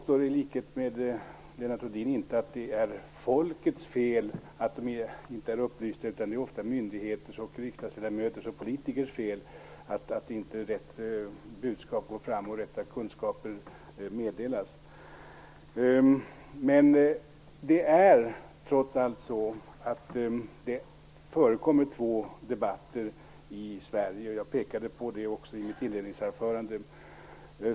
I likhet med Lennart Rohdin påstår jag inte att det är folkets fel att det inte är upplyst. Tvärtom är det ofta myndigheters, riksdagsledamöters och politikers fel att budskapen inte går fram och de rätta kunskaperna inte meddelas. Trots allt förekommer det två debatter i Sverige. Jag pekade på detta också i mitt inledningsanförande.